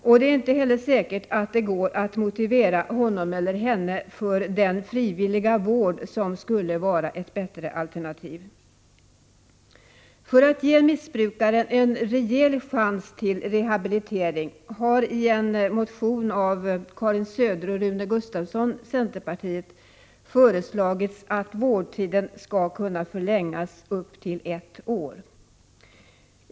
Och det är inte heller säkert att det går att motivera honom eller henne för den frivilliga vård som skulle vara ett bättre alternativ. För att ge missbrukaren en rejäl chans till rehabilitering har i en centerpartimotion av Karin Söder och Rune Gustavsson föreslagits att vårdtiden skall kunna förlängas upp till ett år.